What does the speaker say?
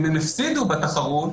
אם יפסידו בתחרות,